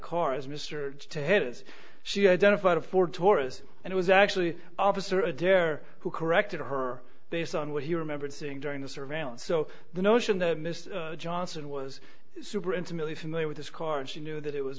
as mr ted is she identified a ford taurus and it was actually officer adair who corrected her based on what he remembered seeing during the surveillance so the notion that mr johnson was super intimately familiar with this car and she knew that it was